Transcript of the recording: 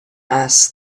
asked